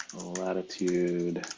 latitude,